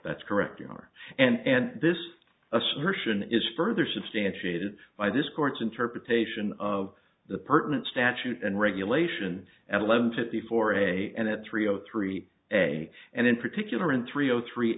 that's correct your honor and this assertion is further substantiated by this court's interpretation of the pertinent statute and regulation at eleven fifty four am at three o three a and in particular in three zero three